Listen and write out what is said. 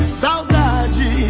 saudade